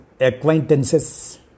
acquaintances